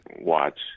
watch